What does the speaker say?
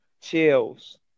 Chills